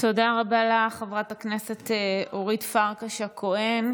תודה רבה לך, חברת הכנסת אורית פרקש הכהן.